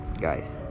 guys